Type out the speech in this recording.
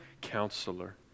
Counselor